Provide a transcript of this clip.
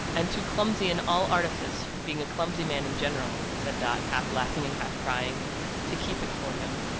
and too clumsy in all artifice being a clumsy man in general, said dot, half laughing and half crying to keep it for him.